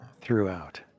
throughout